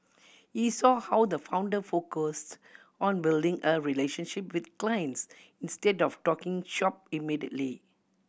he saw how the founder focused on building a relationship with clients instead of talking shop immediately